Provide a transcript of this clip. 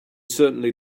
certainly